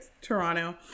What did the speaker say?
Toronto